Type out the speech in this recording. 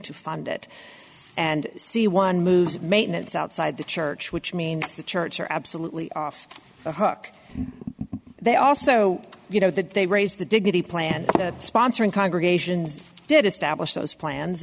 to fund it and see one moves maintenance outside the church which means the church are absolutely off the hook they also you know that they raise the dignity plan sponsoring congregations did establish those plans